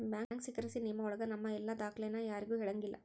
bank secrecy ನಿಯಮ ಒಳಗ ನಮ್ ಎಲ್ಲ ದಾಖ್ಲೆನ ಯಾರ್ಗೂ ಹೇಳಂಗಿಲ್ಲ